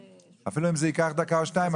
אפילו אם זה ייקח דקה או שתיים.